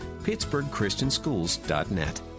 PittsburghChristianSchools.net